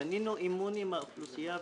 בנינו אמון עם האוכלוסייה.